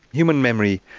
human memory,